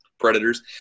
Predators